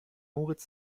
moritz